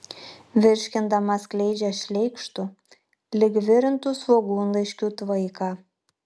virškindama skleidžia šleikštu lyg virintų svogūnlaiškių tvaiką